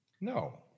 No